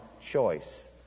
choice